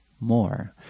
more